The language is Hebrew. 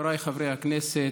אתה הולך לוועדת הכספים,